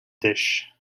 dish